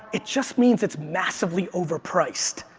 it just means it's massively overpriced.